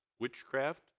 witchcraft